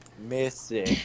Missing